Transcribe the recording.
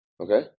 Okay